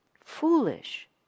foolish